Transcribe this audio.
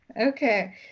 Okay